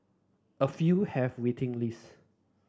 a few have waiting lists